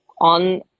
on